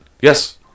Yes